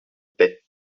paix